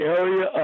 area